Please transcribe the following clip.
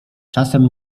czasem